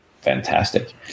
fantastic